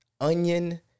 Onion